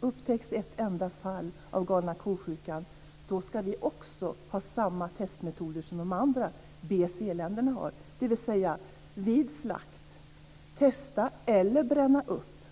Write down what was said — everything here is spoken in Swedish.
Upptäcks ett enda fall av galna ko-sjukan ska vi också ha samma metoder som BSE-länderna har, dvs. vi ska vid slakt testa eller bränna upp.